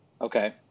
Okay